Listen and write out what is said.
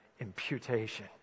Imputation